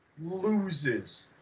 loses